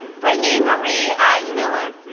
brittany marie ottenmiller